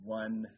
one